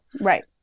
Right